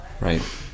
right